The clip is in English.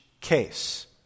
case